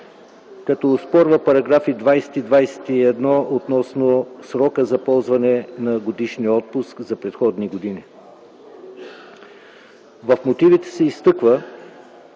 като оспорва § 20 и 21 относно срока за ползване на годишния отпуск за предходни години. В мотивите се изтъква,